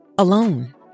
alone